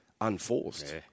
unforced